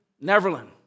Neverland